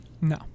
no